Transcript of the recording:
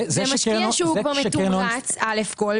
זה משקיע שהוא מתומרץ א' כל,